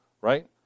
Right